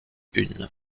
une